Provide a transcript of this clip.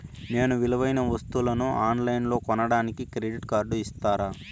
నేను విలువైన వస్తువులను ఆన్ లైన్లో కొనడానికి క్రెడిట్ కార్డు ఇస్తారా?